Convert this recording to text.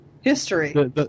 History